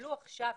יקבלו עכשיו,